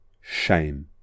Shame